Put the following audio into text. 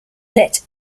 let